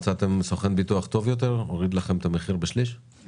מצאתם סוכן ביטוח טוב יותר שהוריד לכם את המחיר בשני-שלישים?